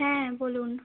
হ্যাঁ বলুন